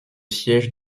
siège